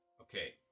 Okay